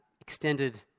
extended